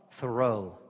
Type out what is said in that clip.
Thoreau